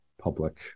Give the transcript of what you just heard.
public